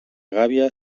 gàbia